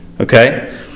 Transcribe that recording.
okay